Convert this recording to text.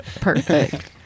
Perfect